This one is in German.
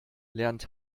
lernt